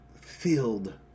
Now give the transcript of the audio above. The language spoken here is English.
filled